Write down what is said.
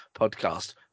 podcast